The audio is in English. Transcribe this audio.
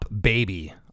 baby